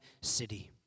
city